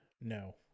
no